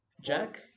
jack